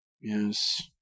Yes